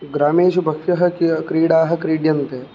ग्रामेषु बह्व्यः क्रीडाः क्रीड्यन्ते